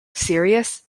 serious